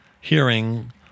Hearing